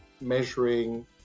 measuring